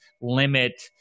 limit